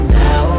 now